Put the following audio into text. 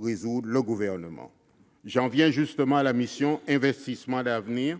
résoudre le Gouvernement. J'en viens justement à la mission « Investissements d'avenir